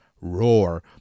roar